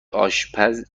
آشپز